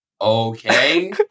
okay